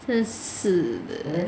真是的